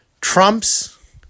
Trump's